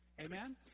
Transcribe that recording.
Amen